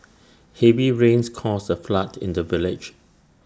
heavy rains caused A flood in the village